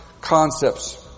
concepts